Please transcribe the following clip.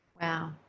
wow